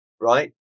right